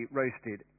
roasted